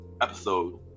episode